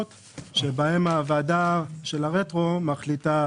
כי שנה אחת זה לא מכרז.